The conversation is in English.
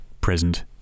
present